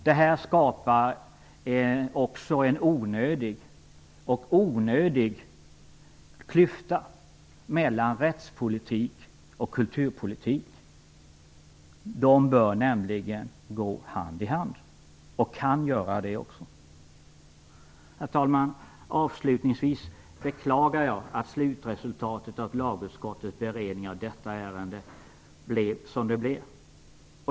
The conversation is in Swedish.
Detta skapar också en onödig klyfta mellan rättspolitik och kulturpolitik. De bör nämligen gå hand i hand - och kan också göra det. Herr talman! Avslutningsvis beklagar jag att slutresultatet av lagutskottets beredning av detta ärende blev som det blev.